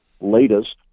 latest